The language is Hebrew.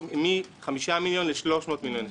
מחמישה מיליון ל-300 מיליון שקלים.